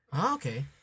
Okay